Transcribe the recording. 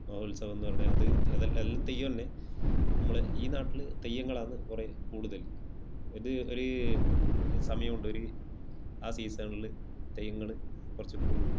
മഹോത്സവംന്ന് പറഞ്ഞാൽ അത് അതെല്ലാം തെയ്യന്നെ നമ്മൾ ഈ നാട്ടിൽ തെയ്യങ്ങളാന്ന് കുറെ കൂടുതൽ ഇത് ഒരു ഒരു സമയമുണ്ട് ഒരു ആ സീസണിൽ തെയ്യങ്ങൾ കുറച്ച് കൂടും